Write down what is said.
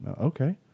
Okay